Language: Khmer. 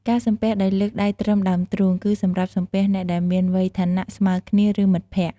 ការសំពះដោយលើកដៃត្រឹមដើមទ្រូង គឺសម្រាប់សំពះអ្នកដែលមានវ័យ ឋានៈ ស្មើគ្នា ឬមិត្តភក្តិ។